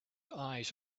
eyes